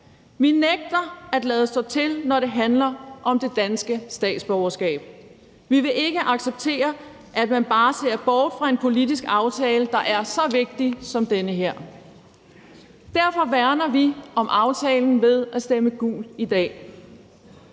Vi nægter at lade stå til, når det handler om det danske statsborgerskab. Vi vil ikke acceptere, at man bare ser bort fra en politisk aftale, der er så vigtig som den her. Derfor værner vi om aftalen ved at stemme gult i dag.